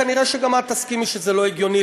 כנראה גם את תסכימי שזה לא הגיוני,